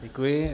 Děkuji.